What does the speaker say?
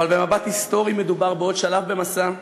אבל במבט היסטורי מדובר בעוד שלב במסע,